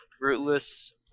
rootless